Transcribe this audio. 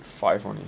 five only